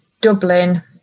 Dublin